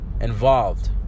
Involved